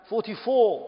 44